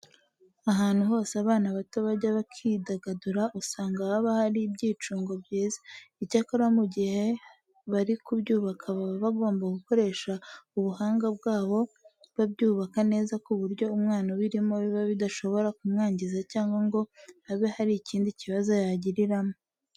Ahantu hose abana bato bajya bakidagadura usanga haba hari ibyicungo byiza. Icyakora mu gihe bari kubyubaka baba bagomba gukoresha ubuhanga bwabo babyubaka neza ku buryo umwana ubirimo biba bidashobora kumwangiza cyangwa ngo abe hari ikindi kibazo yagiriramo.